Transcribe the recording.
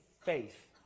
Faith